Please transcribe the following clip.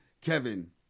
Kevin